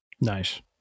Nice